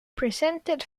presented